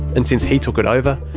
and since he took it over,